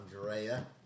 Andrea